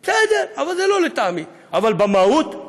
בסדר, זה לא לטעמי, אבל במהות?